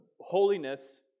Holiness